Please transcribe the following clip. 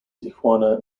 tijuana